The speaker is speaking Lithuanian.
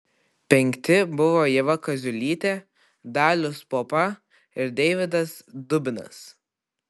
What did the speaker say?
penkti buvo ieva kaziulytė dalius popa ir deividas dubinas